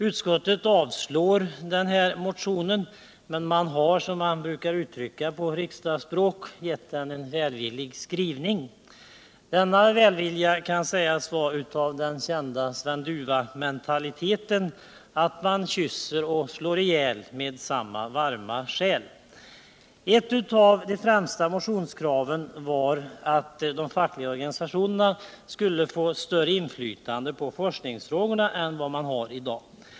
Utskottet avstyrker motionen men har, som det brukar heta på riksdagsspråk, gett den en välvillig skrivning. Denna välvilja kan sägas vara av den kända Kulneffmentaliteten — ”han kysste och han slog ihjäl/ med samma varma själ” Ett av våra främsta motionskrav var att de fackliga organisationerna skulle få större inflytande på forskningsfrågorna än de har i dag.